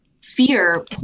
fear